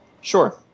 Sure